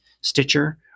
Stitcher